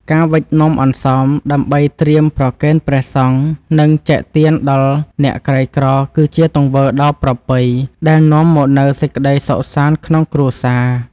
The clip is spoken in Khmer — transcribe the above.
ការវេចនំអន្សមដើម្បីត្រៀមប្រគេនព្រះសង្ឃនិងចែកទានដល់អ្នកក្រីក្រគឺជាទង្វើដ៏ប្រពៃដែលនាំមកនូវសេចក្ដីសុខសាន្តក្នុងគ្រួសារ។